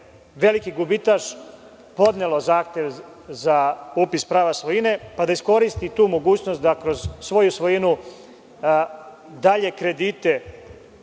veliki gubitaš podnelo zahtev za upis prava svojine, pa da iskoristi tu mogućnost da kroz svoju svojinu, dalje kredite